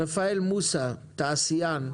רפאל מויסא, תעשיין,